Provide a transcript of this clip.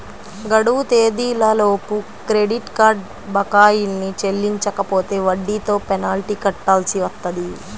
గడువు తేదీలలోపు credit card బకాయిల్ని చెల్లించకపోతే వడ్డీతో పెనాల్టీ కట్టాల్సి వత్తది